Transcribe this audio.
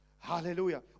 hallelujah